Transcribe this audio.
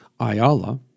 Ayala